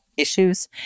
Issues